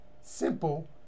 simple